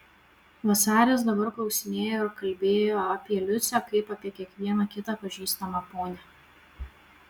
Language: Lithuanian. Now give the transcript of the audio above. vasaris dabar klausinėjo ir kalbėjo apie liucę kaip apie kiekvieną kitą pažįstamą ponią